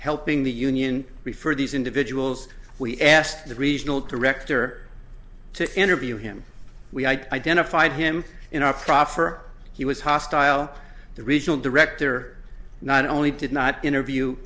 helping the union refer these individuals we asked the regional director to interview him we identified him in our proffer he was hostile the regional director not only did not interview